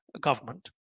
government